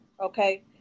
okay